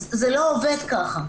זה לא עובד ככה.